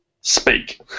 speak